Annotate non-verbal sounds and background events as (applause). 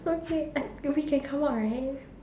okay (noise) we can come out right